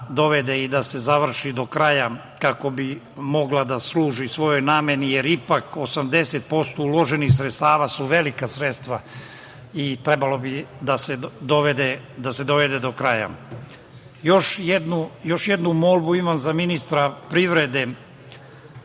i da se završi do kraja, kako bi mogla da služi svojoj nameni, jer ipak 80% uloženih sredstava su velika sredstva i trebalo bi da se dovede do kraja. Još jednu molbu imam za ministra privrede.